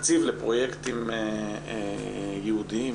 תקציב לפרויקטים ייעודיים,